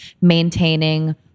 maintaining